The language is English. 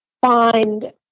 find